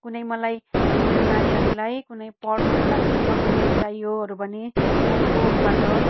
कुनै मलाई या मेरो नानीहरूलाई कुनै पढ्नुको लागि मेटेरियल चाहियोहरू भने म क्रोमबाट